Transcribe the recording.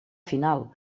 final